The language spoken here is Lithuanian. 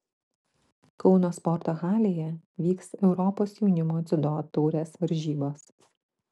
kauno sporto halėje vyks europos jaunimo dziudo taurės varžybos